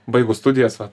baigus studijas vat